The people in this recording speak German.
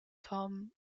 tom